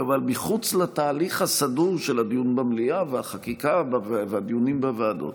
אבל מחוץ לתהליך הסדור של הדיון במליאה והחקיקה והדיונים בוועדות.